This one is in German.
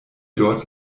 dort